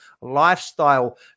lifestyle